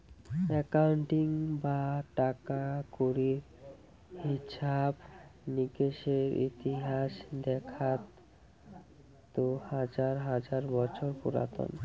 accounting বা টাকা কড়ির হিছাব নিকেসের ইতিহাস দেখাত তো হাজার হাজার বছর পুরাতন